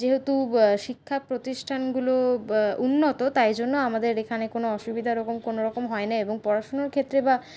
যেহেতু শিক্ষা প্রতিষ্ঠানগুলো উন্নত তাইজন্য আমাদের এখানে কোনো অসুবিধা ওরকম কোনোরকম হয় না এবং পড়াশুনোর ক্ষেত্রে বা